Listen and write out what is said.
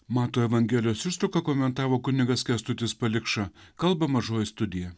mato evangelijos ištrauką komentavo kunigas kęstutis palikša kalba mažoji studija